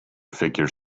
figure